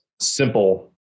simple